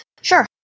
Sure